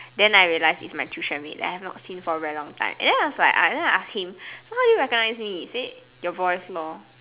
then I realise it's my tuition mate that I have not seen for a very long time and then I was like and then I ask him so how do you recognise me he say your voice lor